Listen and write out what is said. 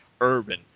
Urban